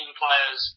players